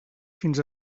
fins